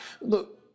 Look